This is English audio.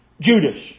Judas